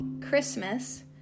Christmas